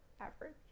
average